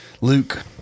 Luke